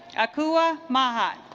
akua maja